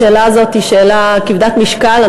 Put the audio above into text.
השאלה הזאת היא שאלה כבדת משקל.